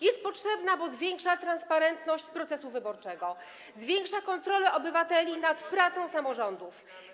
Jest potrzebna, bo zwiększa transparentność procesu wyborczego, zwiększa kontrolę obywateli nad pracą samorządów.